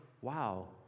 wow